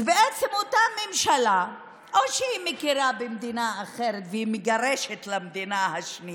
בעצם אותה ממשלה או שהיא מכירה במדינה אחרת והיא מגרשת למדינה הזו,